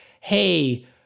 hey